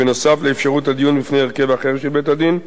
בנוסף לאפשרות הדיון בפני הרכב אחר של בית-הדין,